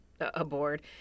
aboard